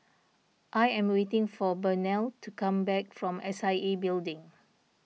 I am waiting for Burnell to come back from S I A Building